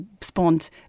spawned